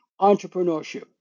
entrepreneurship